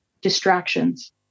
distractions